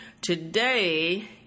Today